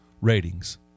ratings